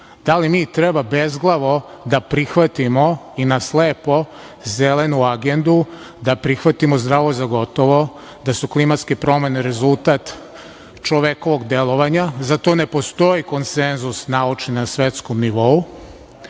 li mi treba bezglavo da prihvatimo na slepo Zelenu agendu i da prihvatimo zdravo za gotovo da su klimatske promene rezultat čovekovog delovanja? Za to ne postoji konsenzus naučni na svetskom nivou. Znači,